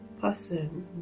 person